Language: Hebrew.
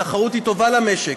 התחרות טובה למשק,